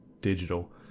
digital